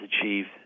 achieved